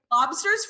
Lobsters